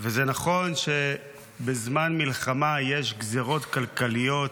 זה נכון שבזמן מלחמה יש גזרות כלכליות,